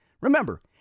Remember